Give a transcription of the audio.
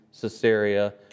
Caesarea